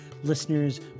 Listeners